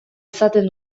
izaten